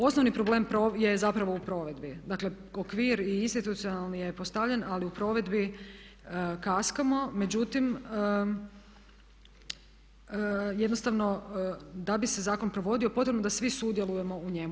Osnovni problem je zapravo u provedbi, dakle okvir i institucionalni je postavljen ali u provedbi kaskamo, međutim, jednostavno da bi se zakon provodio potrebno je da svi sudjelujemo u njemu.